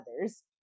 others